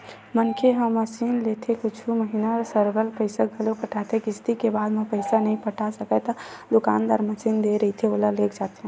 मनखे ह मसीनलेथे कुछु महिना सरलग पइसा घलो पटाथे किस्ती के बाद म पइसा नइ पटा सकय ता दुकानदार मसीन दे रहिथे ओला लेग जाथे